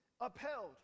upheld